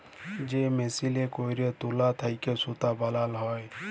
যে মেসিলে ক্যইরে তুলা থ্যাইকে সুতা বালাল হ্যয়